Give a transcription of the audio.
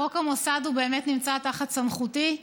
חוק המוסד באמת נמצא תחת סמכותי.